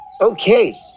Okay